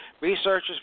Researchers